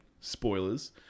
spoilers